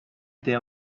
their